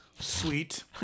Sweet